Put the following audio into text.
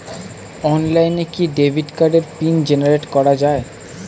অনলাইনে কি ডেবিট কার্ডের পিন জেনারেট করা যায়?